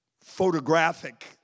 photographic